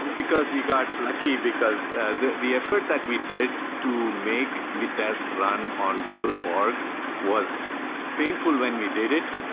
and because we got lucky. because the the effort that we did to make vitess run on google borg was painful when we did it,